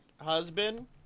husband